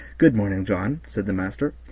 good-morning, john, said the master.